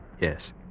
Yes